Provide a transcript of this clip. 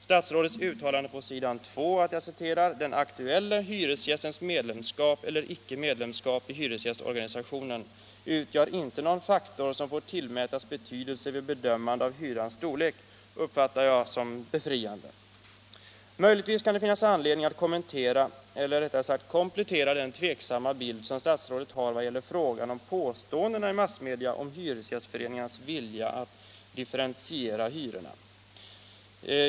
Statsrådet säger bl.a.: ”Den aktuelle hyresgästens medlemskap eller icke-medlemskap i hyresgästorganisation utgör inte någon faktor som får tillmätas betydelse vid bedömande av hyrans storlek.” Detta uppfattar jag som befriande. Möjligtvis kan det finnas anledning att kommentera eller rättare sagt komplettera statsrådets tveksamma bild vad gäller påståendena i massmedia rörande hyresgästföreningarnas vilja att differentiera hyrorna.